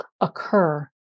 occur